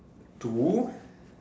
two